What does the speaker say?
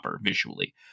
visually